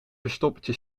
verstoppertje